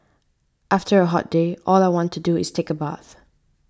after a hot day all I want to do is take a bath